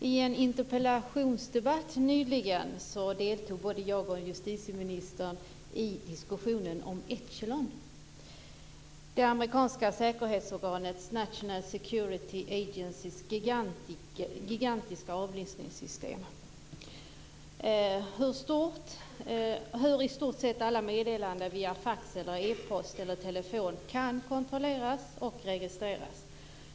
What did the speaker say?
I en interpellationsdebatt nyligen deltog både jag och justitieministern i diskussionen om Echelon, det amerikanska säkerhetsorganet National Security Agencys gigantiska avlyssningssystem, och om hur i stort sett alla meddelanden via fax, e-post eller telefon kan kontrolleras och registreras.